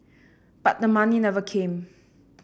but the money never came